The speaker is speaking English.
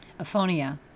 Aphonia